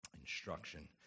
Instruction